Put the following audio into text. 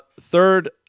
third